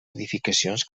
edificacions